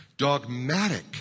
dogmatic